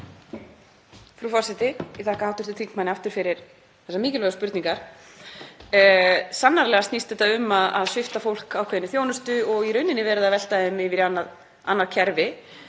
Frú forseti. Ég þakka hv. þingmanni aftur fyrir þessar mikilvægu spurningar. Sannarlega snýst þetta um að svipta fólk ákveðinni þjónustu og í raun er verið að velta því yfir í annað kerfi.